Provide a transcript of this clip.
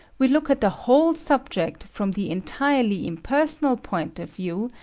we look at the whole subject from the entirely impersonal point of view,